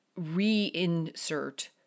reinsert